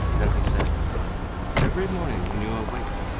then he said every morning when you awake,